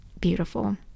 beautiful